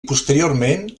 posteriorment